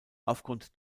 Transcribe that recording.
aufgrund